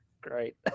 Great